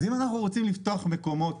אז אם אנחנו רוצים לפתוח מקומות